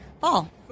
fall